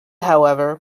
however